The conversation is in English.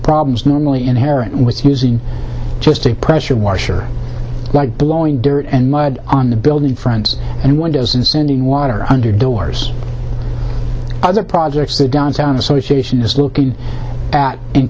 problems normally inherent with using just a pressure washer like blowing dirt and mud on the building friends and one doesn't sending water under doors other projects that don sound association is looking at